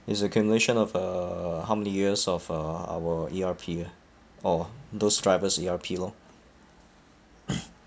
is accumulation of uh how many years of uh our E_R_P ah or those drivers' E_R_P lor